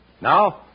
Now